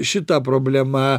šita problema